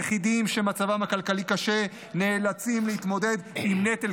יחידים שמצבם הכלכלי קשה נאלצים להתמודד עם נטל